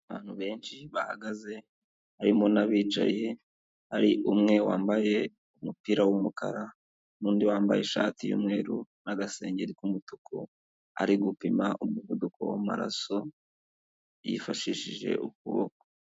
Abantu benshi bahagaze harimo n'abicaye, hari umwe wambaye umupira w'umukara, n'undi wambaye ishati y'umweru n'agasengeri k'umutuku, ari gupima umuvuduko w'amaraso yifashishije ukuboko.